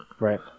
Right